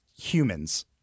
humans